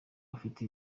afite